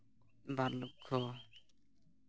ᱵᱟᱨ ᱞᱚᱠᱠᱷᱚ